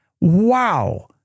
Wow